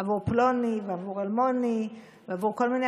עבור פלוני ועבור אלמוני ועבור כל מיני